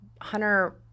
Hunter